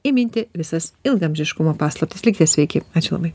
įminti visas ilgaamžiškumo paslaptis likite sveiki ačiū labai